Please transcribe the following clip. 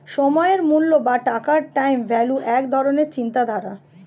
সময়ের মূল্য বা টাকার টাইম ভ্যালু এক ধরণের চিন্তাধারা